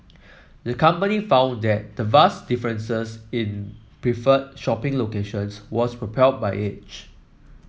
the company found that the vast differences in preferred shopping locations was propelled by age